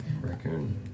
Raccoon